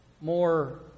more